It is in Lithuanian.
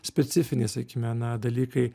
specifiniai sakykime na dalykai